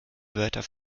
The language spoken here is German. wörter